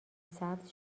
سبز